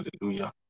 Hallelujah